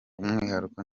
umwihariko